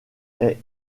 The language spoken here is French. est